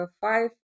five